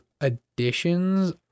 additions